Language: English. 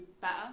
better